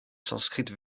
sanskrit